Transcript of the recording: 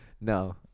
No